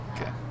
Okay